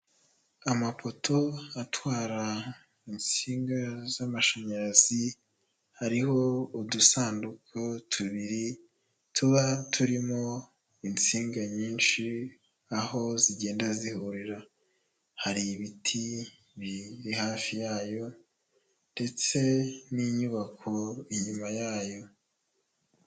Amapoto atwara insinga z'amashanyarazi, hariho udusanduku tubiri tuba turimo insinga nyinshi aho zigenda zihurira, hari ibiti biri hafi yayo ndetse n'inyubako inyuma yayo.